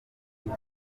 kuko